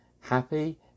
happy